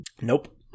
Nope